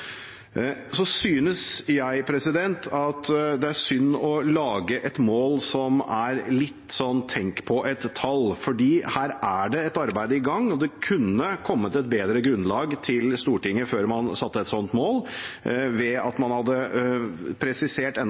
mål som er litt sånn: Tenk på et tall. For her er det et arbeid i gang, og det kunne kommet et bedre grunnlag til Stortinget før man satte et sånt mål ved at man hadde presisert